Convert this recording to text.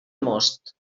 most